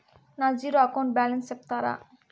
నా zero account balance సెప్తారా?